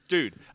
Dude